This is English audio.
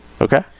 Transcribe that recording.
Okay